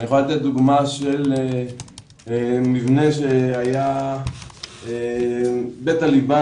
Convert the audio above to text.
אני יכול לתת דוגמה של מבנה של בית הליבה,